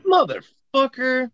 Motherfucker